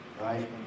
right